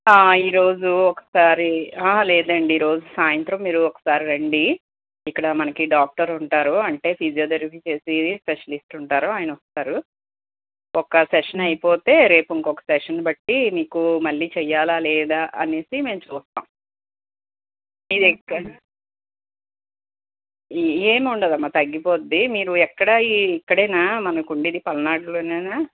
ఈ రోజు ఒకసారి ఆ లేదండి ఈరోజు సాయంత్రం మీరు ఒకసారి రండి ఇక్కడ మనకి డాక్టర్ ఉంటారు అంటే ఫిజియోథెరపీ చేసే స్పెషలిస్ట్ ఉంటారు ఆయన వస్తారు ఒక సెషన్ అయిపోతే రేపు ఇంకొక సెషన్ బట్టి మీకు మళ్ళీ చేయాలా లేదా అనేసి మేము చూస్తాం మీరు ఎక్కడ ఏముండదమ్మ తగ్గిపోద్ది మీరు ఎక్కడ ఇక్కడే నా మనకు ఉండేది పల్నాడులోనేనా